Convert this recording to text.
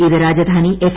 ഇത് രാജധാനി എഫ്